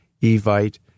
Evite